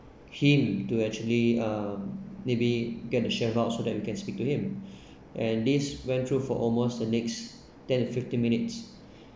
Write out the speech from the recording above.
him to actually uh maybe get the chef out so that we can speak to him and this went through for almost the next ten to fifteen minutes